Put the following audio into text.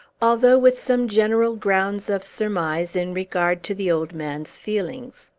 although with some general grounds of surmise in regard to the old man's feelings.